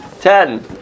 ten